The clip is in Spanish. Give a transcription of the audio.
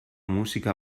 música